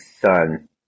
son